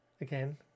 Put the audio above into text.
again